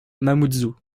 mamoudzou